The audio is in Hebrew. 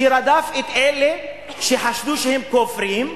שרדף את אלה שחשדו שהם כופרים,